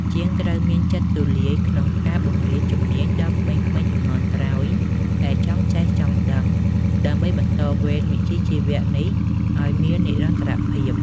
ជាងត្រូវមានចិត្តទូលាយក្នុងការបង្រៀនជំនាញដល់ក្មេងៗជំនាន់ក្រោយដែលចង់ចេះចង់ដឹង ដើម្បីបន្តវេនវិជ្ជាជីវៈនេះឱ្យមាននិរន្តរភាព។